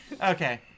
Okay